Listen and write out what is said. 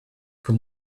from